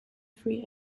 free